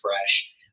fresh